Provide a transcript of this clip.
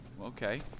Okay